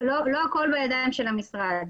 לא הכול בידיים של המשרד.